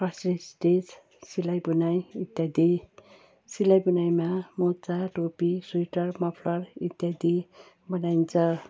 first stage सिलाइ बुनाइ इत्यादि सिलाइ बुनाइमा मोजा टोपी सुइटर मफलर इत्यादि बनाइन्छ